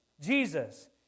Jesus